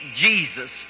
Jesus